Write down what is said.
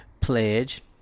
Pledge